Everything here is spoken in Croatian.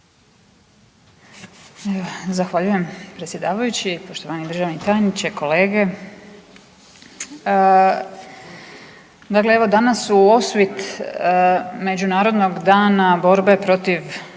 Zahvaljujem predsjedavajući. Poštovani državni tajniče, kolege, dakle evo danas u osvit Međunarodnog dana borbe protiv